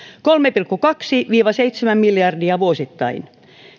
kolme pilkku kaksi viiva seitsemän miljardia vuosittain